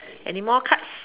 anymore cards